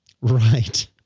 Right